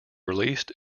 released